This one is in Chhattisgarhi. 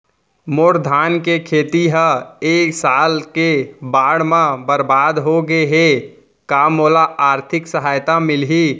मोर धान के खेती ह ए साल के बाढ़ म बरबाद हो गे हे का मोला आर्थिक सहायता मिलही?